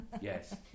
yes